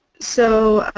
so